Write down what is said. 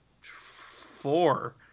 four